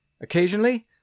Occasionally